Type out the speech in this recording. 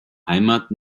heimat